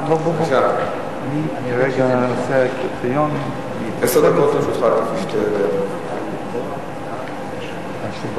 עשר דקות לרשותך, כפי שאתה